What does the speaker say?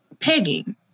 pegging